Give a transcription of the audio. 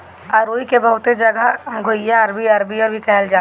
अरुई के बहुते जगह घुइयां, अरबी, अरवी भी कहल जाला